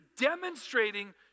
demonstrating